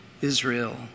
Israel